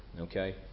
Okay